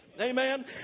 Amen